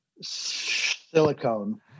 silicone